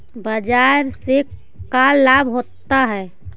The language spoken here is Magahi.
बाजार से का लाभ होता है?